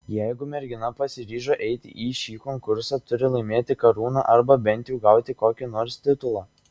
jeigu mergina pasiryžo eiti į šį konkursą turi laimėti karūną arba bent jau gauti kokį nors titulą